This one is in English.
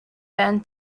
band